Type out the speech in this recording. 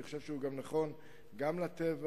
אני חושב שהוא נכון גם לטבע,